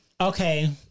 Okay